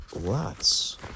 lots